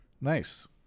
Nice